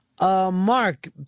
Mark